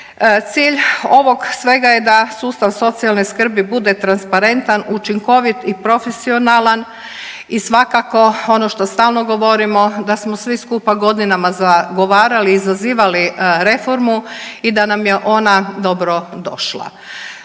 Cilj ovog svega je da sustav socijalne skrbi bude transparentan, učinkovit i profesionalan i svakako ono što stalno govorimo da smo svi skupa godinama zagovarali i zazivali reformu i da nam je ona dobro došla.